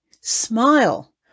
Smile